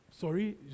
Sorry